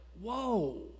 Whoa